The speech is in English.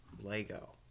Lego